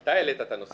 אתה העלית את הנושא.